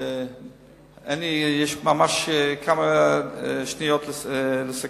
ויש ממש כמה שניות לסכם.